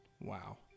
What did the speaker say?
Wow